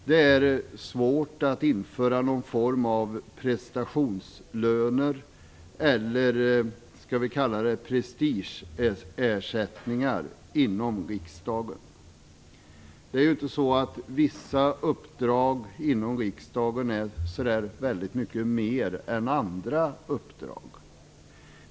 Det är därför svårt att införa någon form av prestationslöner - eller om man skall kalla det prestigeersättningar - inom riksdagen. Det är inte så att vissa uppdrag inom riksdagen är förmer än andra uppdrag.